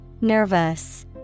Nervous